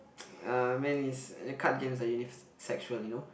uh I meant is card games are sexual you know